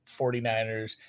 49ers